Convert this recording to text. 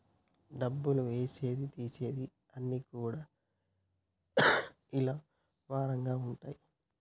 డబ్బులు ఏసేది తీసేది అన్ని కూడా ఇలా వారంగా ఉంటయి